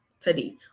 today